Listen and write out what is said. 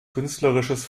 künstlerisches